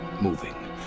moving